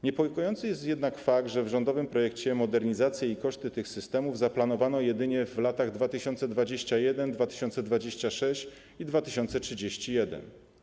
Niepokojący jest jednak fakt, że w rządowym projekcie koszty modernizacji tych systemów zaplanowano jedynie w latach 2021, 2026 i 2031.